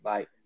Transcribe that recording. Bye